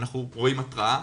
אנחנו רואים התרעה,